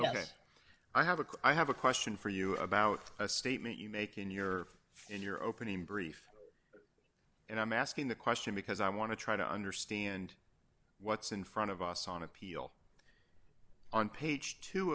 it i have a quick i have a question for you about a statement you make in your in your opening brief and i'm asking the question because i want to try to understand what's in front of us on appeal on page two